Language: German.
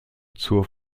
zur